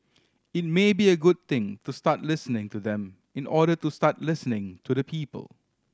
it may be a good thing to start listening to them in order to start listening to the people